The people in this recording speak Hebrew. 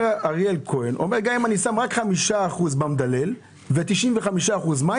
אומר אריאל כהן: גם אם אני שם רק 5% במדלל ו-95% מים,